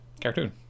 cartoon